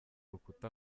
rukuta